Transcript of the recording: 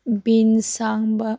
ꯕꯤꯟꯁꯥꯡꯕ